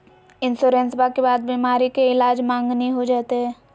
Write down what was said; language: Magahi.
इंसोरेंसबा के बाद बीमारी के ईलाज मांगनी हो जयते?